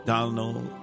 Donald